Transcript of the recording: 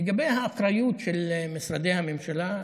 לגבי האחריות של משרדי הממשלה,